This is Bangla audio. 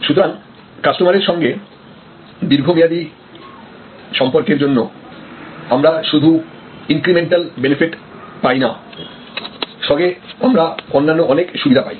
সুতরাং কাস্টমারের সঙ্গে দীর্ঘমেয়াদী সর্ম্পকের জন্য আমরা শুধু ইনক্রিমেন্টাল বেনিফিট পাইনা সঙ্গে আমরা অন্যান্য অনেক সুবিধা পাই